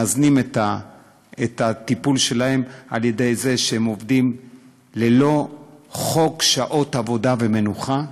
מאזנים את הטיפול שלהם על-ידי זה שהם עובדים ללא חוק שעות עבודה ומנוחה,